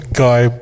guy